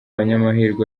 banyamahirwe